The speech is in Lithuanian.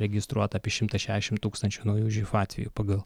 registruota apie šimtą šešiasdešimt tūkstančių naujų živ atvejų pagal